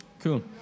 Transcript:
Cool